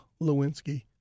Lewinsky